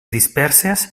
disperses